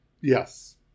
Yes